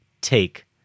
take